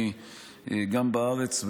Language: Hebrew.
גם בארץ,